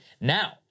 Now